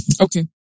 okay